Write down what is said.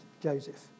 Joseph